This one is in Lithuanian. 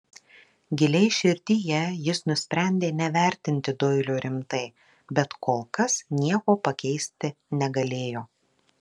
giliai širdyje jis nusprendė nevertinti doilio rimtai bet kol kas nieko pakeisti negalėjo